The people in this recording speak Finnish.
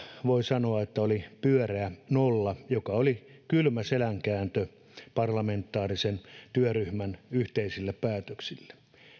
voi sanoa että infra oli pyöreä nolla mikä oli kylmä selänkääntö parlamentaarisen työryhmän yhteisille päätöksille